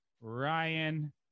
Ryan